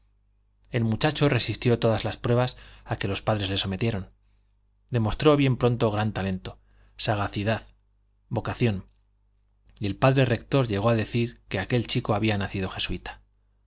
el muchacho resistió todas las pruebas a que los pp le sometieron demostró bien pronto gran talento sagacidad vocación y el p rector llegó a decir que aquel chico había nacido jesuita